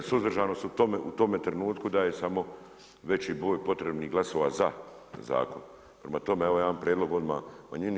Suzdržanost u tome trenutku daje samo veći broj potrebnih glasova za zakon, prema tome evo jedan prijedlog odmah manjini.